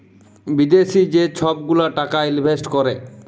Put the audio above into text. বিদ্যাশি যে ছব গুলা টাকা ইলভেস্ট ক্যরে